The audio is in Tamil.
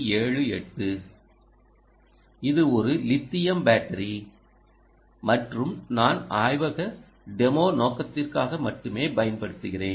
78 இது ஒரு லித்தியம் பேட்டரி மற்றும் நான் ஆய்வக டெமோ நோக்கத்திற்காக மட்டுமே பயன்படுத்துகிறேன்